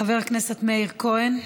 חבר הכנסת מאיר כהן,